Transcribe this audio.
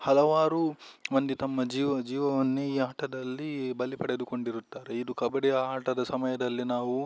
ಹಲವಾರು ಮಂದಿ ತಮ್ಮ ಜೀವವನ್ನೆ ಈ ಆಟದಲ್ಲಿ ಬಲಿ ಪಡೆದುಕೊಂಡಿರುತ್ತಾರೆ ಇದು ಕಬಡ್ಡಿ ಆಟದ ಸಮಯದಲ್ಲಿ ನಾವು